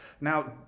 now